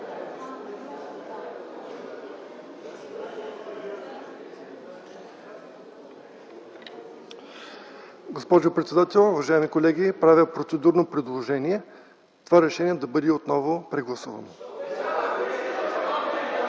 Госпожо председател, уважаеми колеги! Правя процедурно предложение това решение да бъде отново прегласувано.